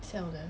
some of them